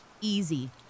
Easy